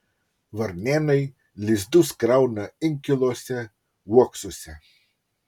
varnėnai lizdus krauna inkiluose uoksuose